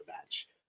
match